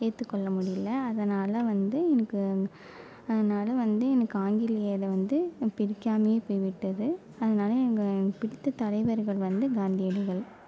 ஏற்றுக்கொள்ள முடியல அதனால் வந்து எனக்கு அதனால வந்து எனக்கு ஆங்கிலேயரை வந்து பிடிக்காமயே போய்விட்டது அதனால் எங்கள் எனக்குப் பிடித்த தலைவர்கள் வந்து காந்தியடிகள்